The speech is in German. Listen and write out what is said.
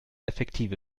effektive